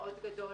מאוד גדול.